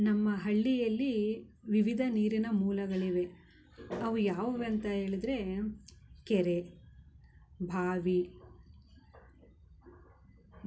ನಮ್ಮ ಹಳ್ಳಿಯಲ್ಲಿ ವಿವಿಧ ನೀರಿನ ಮೂಲಗಳಿವೆ ಅವು ಯಾವುವು ಅಂತ ಹೇಳದ್ರೆ ಕೆರೆ ಬಾವಿ ತ್ತು